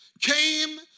came